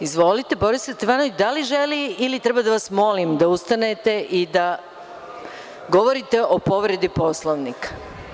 Izvolite Borislav Stefanović, da li želite ili treba da vas molim da ustanete i da govorite o povredi Poslovnika.